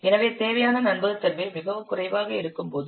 எனவே தேவையான நம்பகத்தன்மை மிகவும் குறைவாக இருக்கும்போது 0